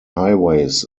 highways